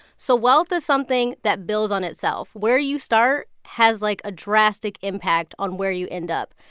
so wealth is something that builds on itself where you start has, like, a drastic impact on where you end up.